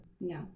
No